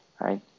right